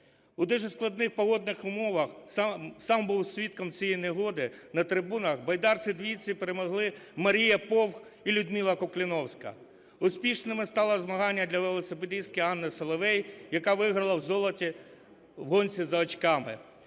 У дуже складних погодних умовах, сам був свідком цієї негоди на трибунах, в байдарці-двійці перемогли Марія Повх і Людмила Кукліновська. Успішним стало змагання для велосипедистки Анни Соловей, яка виграла золото в гонці за очками.